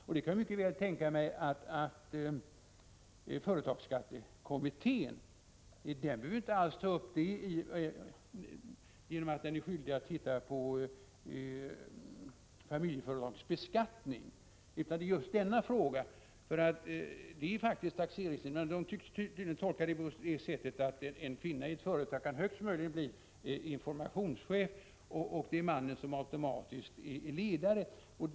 Jag kan mycket väl tänka mig att företagsskattekommittén, som är skyldig att titta på familjeföretagens beskattning, inte alls behöver ta upp just denna fråga. Taxeringsnämnderna tycks tydligen tolka lagen på det sättet att en kvinna verksam i ett företag högst kan bli informationschef och att det är mannen som automatiskt är ledaren av företaget.